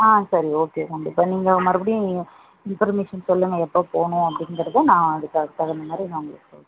ஆ சரி ஓகே கண்டிப்பாக நீங்கள் மறுப்படியும் நீங்கள் பெர்மிசன் சொல்லுங்கள் எப்போ போணும் அப்படிங்கறத நான் அதற்கு தகுந்த மாதிரி உங்களுக்கு சொல்லுறன்